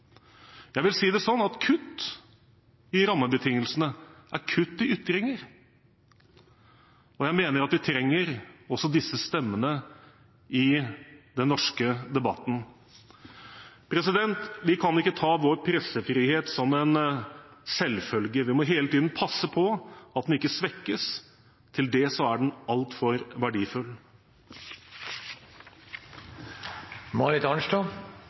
Jeg vil si det sånn at kutt i rammebetingelsene er kutt i ytringene. Jeg mener at vi trenger også disse stemmene i den norske debatten. Vi kan ikke ta vår pressefrihet som en selvfølge. Vi må hele tiden passe på at den ikke svekkes – til det er den altfor